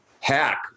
hack